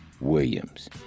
Williams